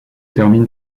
termine